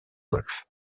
golf